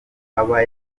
aba